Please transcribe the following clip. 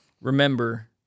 Remember